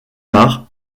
arts